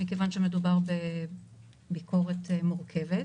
מכיוון שמדובר בביקורת מורכבת.